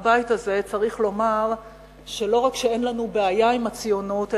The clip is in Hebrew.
הבית הזה צריך לומר שלא רק שאין לנו בעיה עם הציונות,